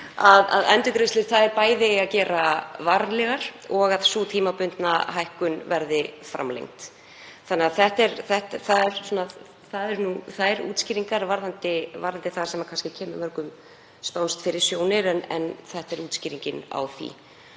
að endurgreiðslur eigi bæði að gera varlegar og að sú tímabundna hækkun verði framlengd. Það eru nú þær útskýringar varðandi það sem kemur kannski mörgum spánskt fyrir sjónir en þetta er útskýringin á því.